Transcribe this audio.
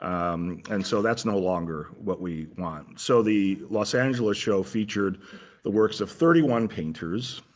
and so that's no longer what we want. so the los angeles show featured the works of thirty one painters,